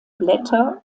blätter